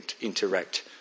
interact